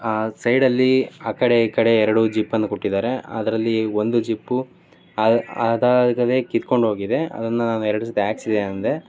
ಆ ಸೈಡಲ್ಲಿ ಆ ಕಡೆ ಈ ಕಡೆ ಎರಡು ಜಿಪ್ಪನ್ನು ಕೊಟ್ಟಿದ್ದಾರೆ ಅದರಲ್ಲಿ ಒಂದು ಜಿಪ್ಪು ಅದಾಗದೇ ಕಿತ್ಕೊಂಡು ಹೋಗಿದೆ ಅದನ್ನು ನಾನು ಎರಡು ಸರ್ತಿ ಹಾಕ್ಸಿದೆ ಅಂದೆ